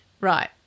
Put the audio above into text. right